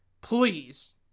Please